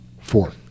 Four